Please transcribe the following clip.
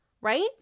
right